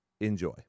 Enjoy